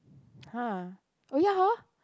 !huh![oh] ya hor